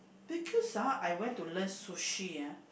because ah I went to learn Sushi ah